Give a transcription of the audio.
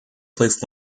placed